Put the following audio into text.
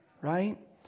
right